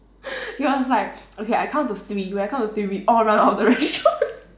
he was like okay I count to three when I count to three we all run out of the restaurant